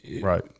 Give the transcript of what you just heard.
Right